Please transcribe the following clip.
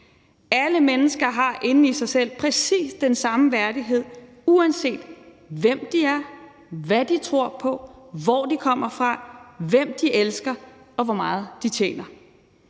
Alle mennesker har inde i sig selv præcis den samme værdighed, uanset hvem de er, hvad de tror på, hvor de kommer fra, hvem de elsker, og hvor meget de tjener.